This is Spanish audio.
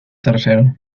tercero